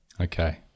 Okay